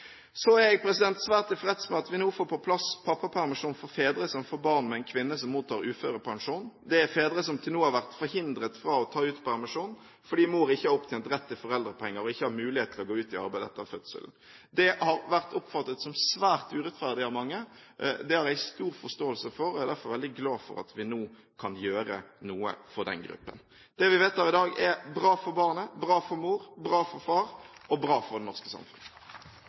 Så er jeg svært tilfreds med at vi nå får på plass pappapermisjon for fedre som får barn med en kvinne som mottar uførepensjon. Det er fedre som til nå har vært forhindret fra å ta ut permisjon fordi mor ikke har opptjent rett til foreldrepenger og ikke har mulighet til å gå ut i arbeid etter fødselen. Det har vært oppfattet som svært urettferdig av mange. Det har jeg stor forståelse for, og jeg er derfor veldig glad for at vi nå kan gjøre noe for den gruppen. Det vi vedtar i dag, er bra for barnet, bra for mor, bra for far og bra for det norske samfunn.